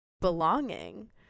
belonging